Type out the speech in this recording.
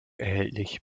erhältlich